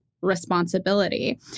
responsibility